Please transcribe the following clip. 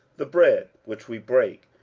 the bread which we break,